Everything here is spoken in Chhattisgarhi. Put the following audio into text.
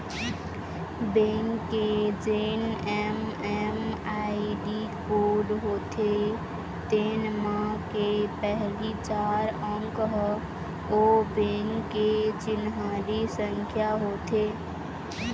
बेंक के जेन एम.एम.आई.डी कोड होथे तेन म के पहिली चार अंक ह ओ बेंक के चिन्हारी संख्या होथे